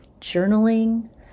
journaling